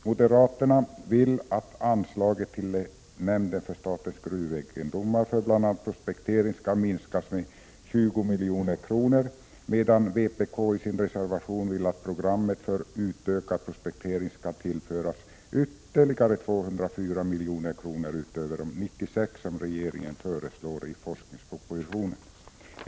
Moderaterna vill att anslaget till NSG för bl.a. prospektering skall minskas med 20 milj.kr., medan vpk i sin reservation vill att programmet för utökad prospektering skall tillföras ytterligare 204 milj.kr. utöver de 96 milj.kr. som regeringen föreslår i forskningspropositionen.